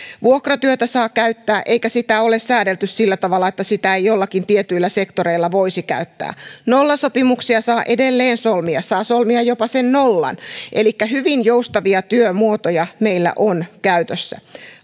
vuokratyötä saa käyttää eikä sitä ole säädelty sillä tavalla että sitä ei joillakin tietyillä sektoreilla voisi käyttää nollasopimuksia saa edelleen solmia saa solmia jopa sen nollan elikkä hyvin joustavia työmuotoja meillä on käytössä